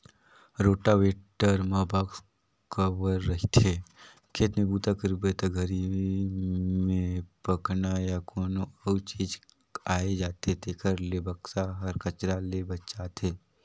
rotavator म box cover रहिथे, खेत में बूता करबे ते घरी में पखना या कोनो अउ चीज आये जाथे तेखर ले बक्सा हर कचरा ले बचाथे